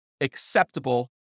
acceptable